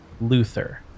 Luther